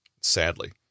Sadly